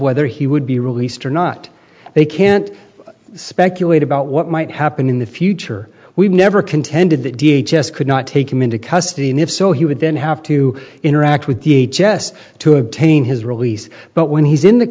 whether he would be released or not they can't speculate about what might happen in the future we've never contended that v h s could not take him into custody and if so he would then have to interact with the chest to obtain his release but when he's in the